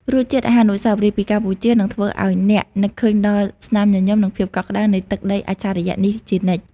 រសជាតិអាហារអនុស្សាវរីយ៍ពីកម្ពុជា នឹងធ្វើឱ្យអ្នកនឹកឃើញដល់ស្នាមញញឹម និងភាពកក់ក្តៅនៃទឹកដីអច្ឆរិយៈនេះជានិច្ច។